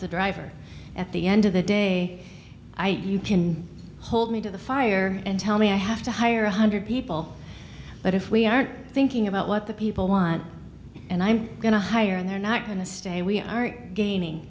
the driver at the end of the day i can hold me to the fire and tell me i have to hire one hundred people but if we aren't thinking about what the people want and i'm going to hire and they're not going to stay we are gaining